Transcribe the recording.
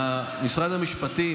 משרד המשפטים,